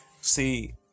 See